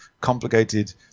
complicated